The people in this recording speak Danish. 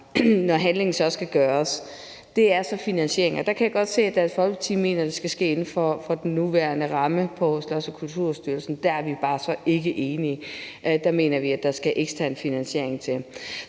når handlingen så skal gøres, er finansieringen, og der kan jeg godt se, at Dansk Folkeparti mener, det skal ske inden for den nuværende ramme for Slots- og Kulturstyrelsen. Der er vi så bare ikke enige. Der mener vi, at der skal ekstern finansiering til.